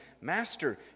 Master